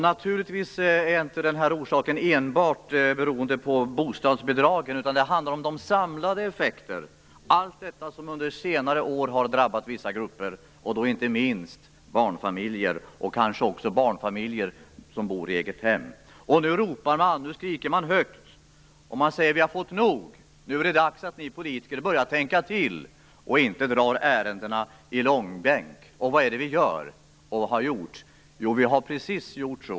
Naturligtvis är orsaken inte enbart bostadsbidragen, utan det handlar om de samlade effekterna av allt det som under senare år har drabbat vissa grupper - inte minst barnfamiljer och barnfamiljer som bor i eget hem. Nu skriker man högt: Vi har fått nog! Nu är det dags att ni politiker börjar tänka till och inte drar ärendena i långbänk! Och vad är det vi gör och har gjort? Jo, precis så.